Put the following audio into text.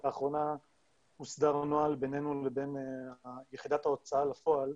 לאחרונה הוסדר נוהל בינינו לבין יחידת ההוצאה לפועל,